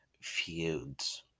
feuds